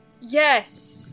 yes